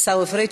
אדוני.